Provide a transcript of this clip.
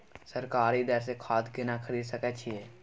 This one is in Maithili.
सरकारी दर से खाद केना खरीद सकै छिये?